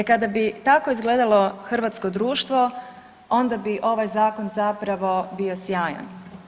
E kada bi tako izgledalo hrvatsko društvo onda bi ovaj zakon zapravo bio sjajan.